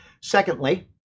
Secondly